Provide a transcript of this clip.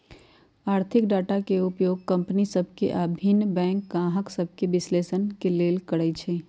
आर्थिक डाटा के उपयोग कंपनि सभ के आऽ भिन्न बैंक गाहक सभके विश्लेषण के लेल करइ छइ